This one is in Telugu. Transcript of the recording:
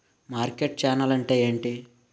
మార్కెట్ ఛానల్ అంటే ఏంటి?